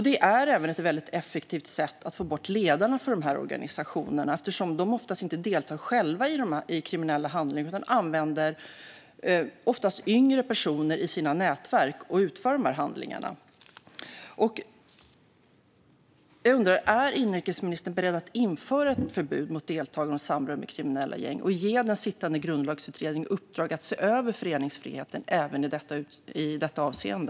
Det är även ett väldigt effektivt sätt att få bort ledarna för de här organisationerna, eftersom de oftast inte deltar själva i kriminella handlingar utan använder personer - oftast yngre - i sina nätverk till att utföra handlingarna. Jag undrar: Är inrikesministern beredd att införa ett förbud mot deltagande i och samröre med kriminella gäng, och är han beredd att ge den sittande grundlagsutredningen i uppdrag att se över föreningsfriheten även i detta avseende?